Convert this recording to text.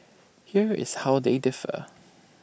here is how they differ